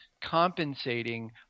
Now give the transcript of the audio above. compensating